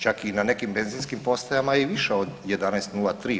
Čak i na nekim benzinskim postajama je i viša od 11,03.